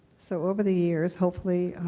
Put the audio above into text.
so, over the years, hopefully,